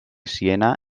siena